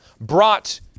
brought